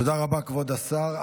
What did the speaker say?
תודה רבה, כבוד השר.